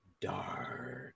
dark